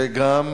זה גם